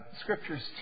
Scripture's